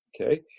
Okay